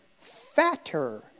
fatter